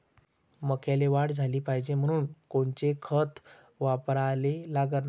मक्याले वाढ झाली पाहिजे म्हनून कोनचे खतं वापराले लागन?